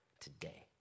today